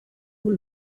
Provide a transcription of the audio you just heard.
will